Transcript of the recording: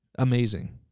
Amazing